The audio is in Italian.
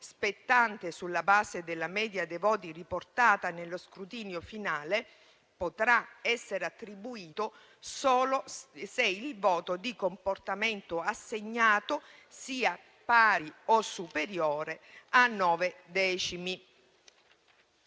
spettante sulla base della media dei voti riportata nello scrutinio finale, potrà essere attribuito solo se il voto di comportamento assegnato sia pari o superiore a nove decimi.